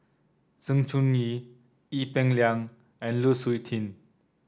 Sng Choon Yee Ee Peng Liang and Lu Suitin